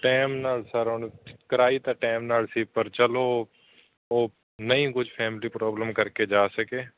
time ਨਾਲ sir ਹੁਣ ਕਰਾਈ ਤਾਂ ਟਾਈਮ ਨਾਲ ਸੀ ਪਰ ਚਲੋ ਉਹ ਨਹੀਂ ਕੁਝ ਫੈਮਲੀ ਪ੍ਰੋਬਲਮ ਕਰਕੇ ਜਾ ਸਕੇ